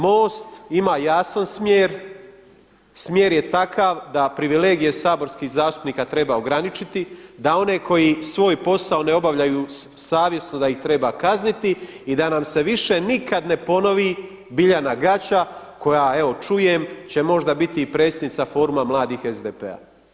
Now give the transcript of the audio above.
MOST ima jasan smjer, smjer je takav da privilegije saborskih zastupnika treba ograničiti, da one koji svoj posao ne obavljaju savjesno da ih treba kazniti i da nam se više nikad ne ponovi Biljana Gaća koja evo čujem će možda biti i predsjednica Foruma mladih SDP-a.